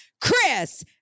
Chris